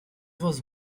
was